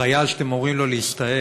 חייל שאתם אומרים לו להסתער,